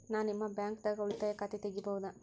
ನಾ ನಿಮ್ಮ ಬ್ಯಾಂಕ್ ದಾಗ ಉಳಿತಾಯ ಖಾತೆ ತೆಗಿಬಹುದ?